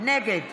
נגד